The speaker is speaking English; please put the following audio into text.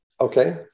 Okay